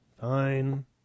fine